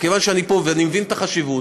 מכיוון שאני פה ואני מבין את החשיבות,